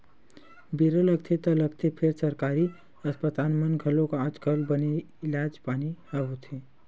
बेरा लगथे ता लगथे फेर सरकारी अस्पताल मन म घलोक आज कल बने इलाज पानी ह होथे